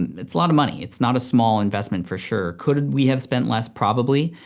it's a lot of money. it's not a small investment for sure. could we have spent less? probably.